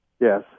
Yes